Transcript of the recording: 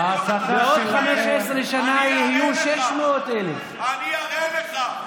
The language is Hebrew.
בעוד 15 שנה יהיו 600,000. אני אראה לך,